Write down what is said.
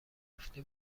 گفته